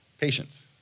patience